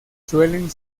suelen